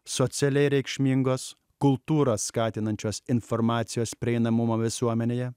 socialiai reikšmingos kultūrą skatinančios informacijos prieinamumo visuomenėje